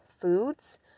foods